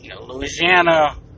Louisiana